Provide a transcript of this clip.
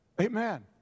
Amen